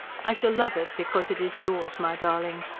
i shall love it because it is yours, my darling.